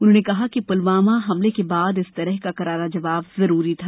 उन्होंने कहा कि पुलवामा हमले के बाद इस तरह का करारा जवाब जरूरी था